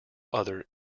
other